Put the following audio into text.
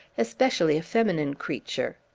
especially a feminine creature.